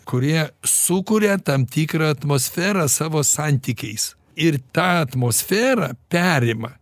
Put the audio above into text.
kurie sukuria tam tikrą atmosferą savo santykiais ir tą atmosferą perima